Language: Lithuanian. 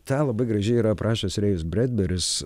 tą labai gražiai yra aprašęs rėjus bredberis